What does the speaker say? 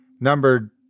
numbered